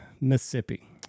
Mississippi